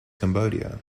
cambodia